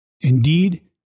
Indeed